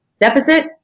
Deficit